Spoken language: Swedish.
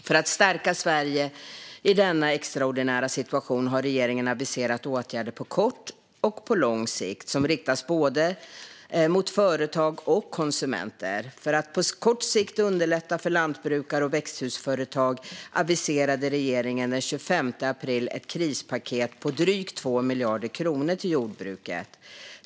För att stärka Sverige i denna extraordinära situation har regeringen aviserat åtgärder på kort och lång sikt som riktas mot både företag och konsumenter. För att på kort sikt underlätta för lantbrukare och växthusföretag aviserade regeringen den 25 april ett krispaket på drygt 2 miljarder kronor till jordbruket.